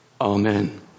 Amen